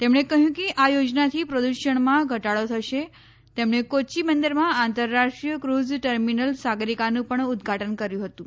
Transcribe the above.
તેમણે કહ્યું કે આ યોજનાથી પ્રદૂષણમાં ઘટાડો થશે તેમણે કોચ્ચી બંદરમાં આંતરરાષ્ટ્રીય ક્રુઝ ટર્મિનલ સાગરીકાનું પણ ઉદઘાટન કર્યું હતું